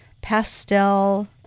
pastel